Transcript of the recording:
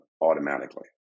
automatically